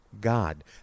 god